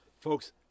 Folks